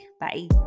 Bye